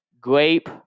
grape